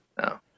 No